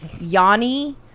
Yanni